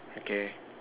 okay